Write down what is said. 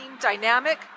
dynamic